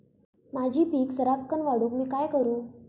माझी पीक सराक्कन वाढूक मी काय करू?